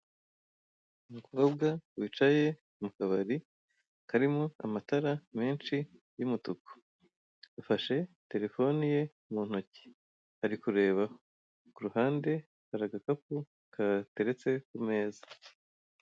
Umukobwa wicaye mu kabari, karimo amatara menshi y'umutuku. Afashe terefone ye muntoki, ari kurebaho. K'uruhande har' agakapu kateretse kumeza.